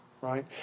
right